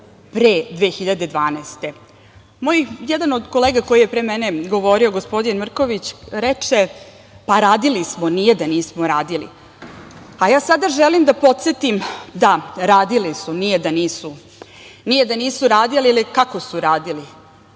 pre 2012. godine. Moj jedan od kolega koji je pre mene govorio, gospodin Mrkonjić, reče: "Pa radili smo, nije da nismo radili". A ja sada želim da podsetim, da, radili su, nije da nisu. Nije da nisu radili, ali kako su radili?